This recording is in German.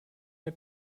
der